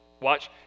Watch